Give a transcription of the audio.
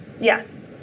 Yes